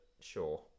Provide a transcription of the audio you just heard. sure